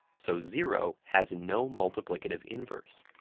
so zero has no multiplicative inverse.